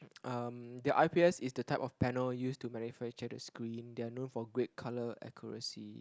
um the I_P_S is the type of panel use to manufacture the screen they are known for great colour accuracy